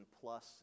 plus